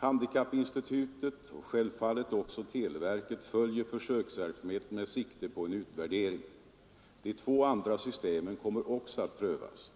Handikappinstitutet och självfallet också televerket följer försöksverksamheten med sikte på en utvärdering. De två andra systemen kommer också att prövas.